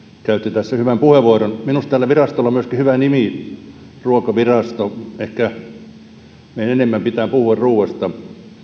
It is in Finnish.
käytti tässä hyvän puheenvuoron minusta tällä virastolla on myöskin hyvä nimi ruokavirasto ehkä meidän enemmän pitää puhua ruuasta